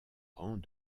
rang